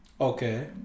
Okay